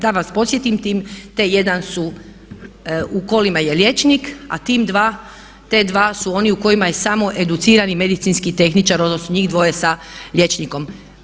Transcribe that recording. Da vas podsjetim tim T1 su, u kolima je liječnik a tim T2 su oni u kojima je samo educirani medicinski tehničar, odnosno njih dvoje sa liječnikom.